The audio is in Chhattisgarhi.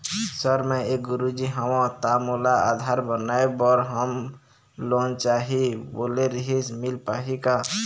सर मे एक गुरुजी हंव ता मोला आधार बनाए बर होम लोन चाही बोले रीहिस मील पाही का?